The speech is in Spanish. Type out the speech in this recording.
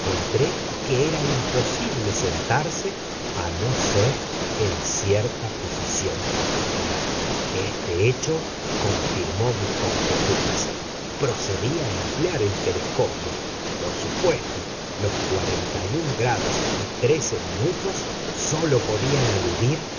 que era imposible sentarse a no ser en cierta posición particular este hecho confirmó mis conjeturas procedí a emplear el telescopio por supuesto los cuarenta y un grados y trece minutos sólo podían aludir